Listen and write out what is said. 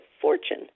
fortune